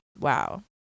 Wow